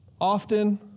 often